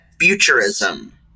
futurism